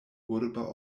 urba